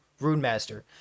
Runemaster